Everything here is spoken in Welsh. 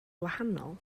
wahanol